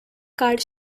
card